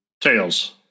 Tails